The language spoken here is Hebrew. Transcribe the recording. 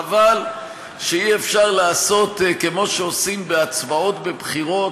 חבל שאי-אפשר לעשות כמו שעושים בהצבעות בבחירות,